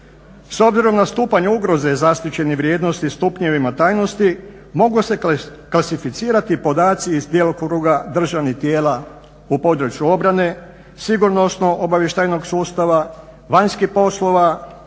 S obzirom na stupanj ugroze zaštićenih vrijednosti stupnjevima tajnosti mogu se klasificirati podaci iz djelokruga državnih tijela u području obrane, sigurnosno-obavještajnog sustava, vanjskih poslova,